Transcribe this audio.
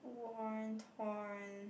wanton